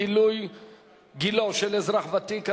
גילו של אזרח ותיק),